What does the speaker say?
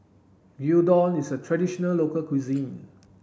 Gyudon is a traditional local cuisine